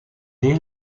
dès